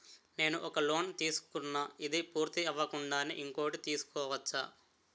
నేను ఒక లోన్ తీసుకున్న, ఇది పూర్తి అవ్వకుండానే ఇంకోటి తీసుకోవచ్చా?